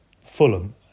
Fulham